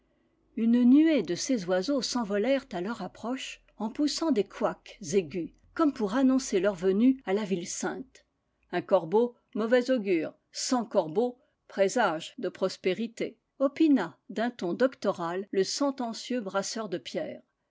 une nuée de ces oiseaux s'envolèrent à leur approche en poussant des couacs aigus comme pour annoncer leur venue à la ville sainte un corbeau mauvais augure cent corbeaux présage de prospérité opina d'un ton doctoral le sentencieux bras seur de pierres